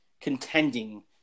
contending